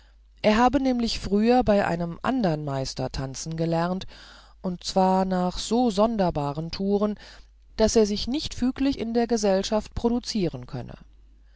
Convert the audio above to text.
er habe nämlich früher bei einem anderen meister tanzen gelernt und zwar nach so sonderbaren touren daß er sich nicht füglich in der gesellschaft produzieren könne